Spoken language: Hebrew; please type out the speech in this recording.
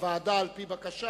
בוועדה על-פי בקשה.